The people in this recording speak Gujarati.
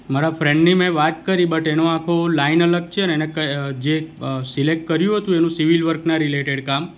મારા ફ્રેન્ડની મેં વાત કરી બટ એનો આખો લાઇન અલગ છે ને એણે જે સિલેકટ કર્યું હતું એનું સિવિલ વર્કનાં રિલેટેડ કામ